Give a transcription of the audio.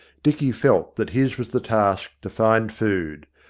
dicky felt that his was the task to find food.